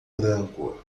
branco